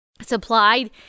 supplied